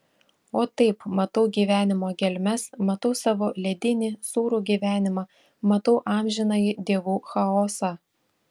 o taip matau gyvenimo gelmes matau savo ledinį sūrų gyvenimą matau amžinąjį dievų chaosą